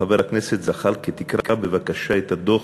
חבר הכנסת זחאלקה, תקרא בבקשה את הדוח,